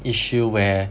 issue where